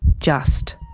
just.